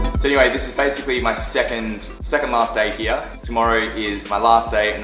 so anyway this is basically my second second last day here. tomorrow is my last day,